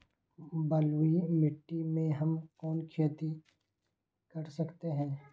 बलुई मिट्टी में हम कौन कौन सी खेती कर सकते हैँ?